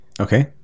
Okay